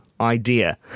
idea